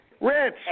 Rich